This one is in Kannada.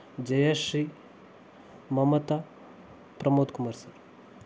ಜಯಶ್ರೀ ಮಮತಾ ಪ್ರಮೋದ್ ಕುಮಾರ್ ಸರ್